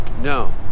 No